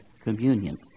communion